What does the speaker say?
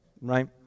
Right